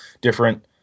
different